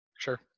Sure